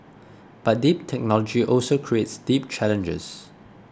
but deep technology also creates deep challenges